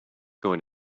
going